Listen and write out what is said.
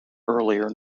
earlier